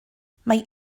mae